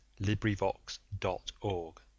LibriVox.org